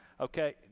Okay